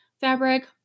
fabric